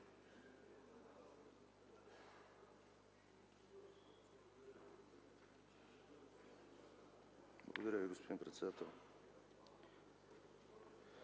Благодаря Ви, господин председател.